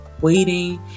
waiting